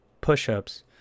push-ups